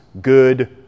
good